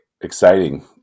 exciting